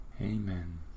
Amen